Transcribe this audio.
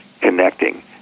connecting